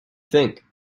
think